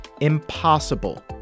impossible